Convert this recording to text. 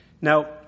Now